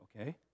okay